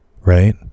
right